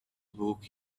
book